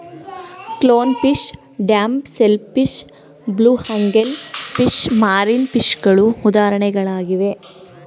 clown fish, damsel fish, blue angel fish, marine ಫಿಷಗಳು ಉದಾಹರಣೆಗಳಾಗಿವೆ